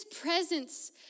presence